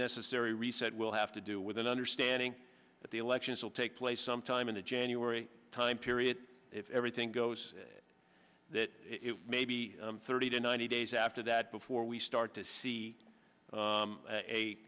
necessary reset will have to do with an understanding that the elections will take place sometime in the january time period if everything goes that maybe thirty to ninety days after that before we start to see